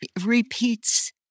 repeats